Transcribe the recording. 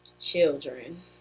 children